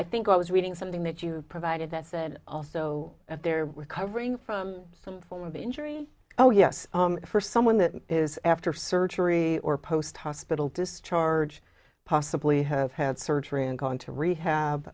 i think i was reading something that you provided that said also that they're recovering from some form of injury oh yes for someone that is after surgery or post hospital discharge possibly have had surgery and gone to rehab